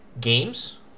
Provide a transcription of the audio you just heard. Games